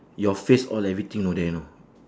your face all everything all there you know